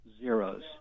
zeros